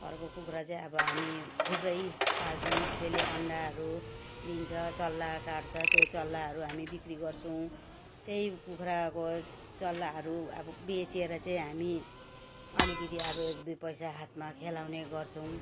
घरको कुखुरा चाहिँ अब हामी थुप्रै पाल्छौँ त्यसले अन्डाहरू दिन्छ चल्ला काढ्छ त्यो चल्लाहरू हामी बिक्री गर्छौँ त्यही कुखुराको चल्लाहरू अब बेचेर चाहिँ हामी अलिकिति अब एक दुई पैसा हातमा खेलाउने गर्छौँ